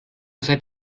seid